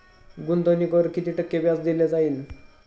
गुंतवणुकीवर किती टक्के व्याज दिले जाईल?